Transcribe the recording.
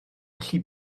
allu